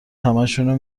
همشونو